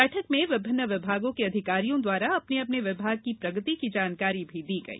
बैठक में विभिन्न विभागों के अधिकारियों द्वारा अपने अपने विभाग की प्रगति की जानकारी दी गई